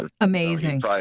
Amazing